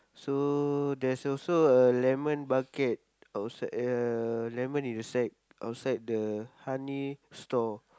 so there's also a lemon bucket outside uh lemon inside outside the honey store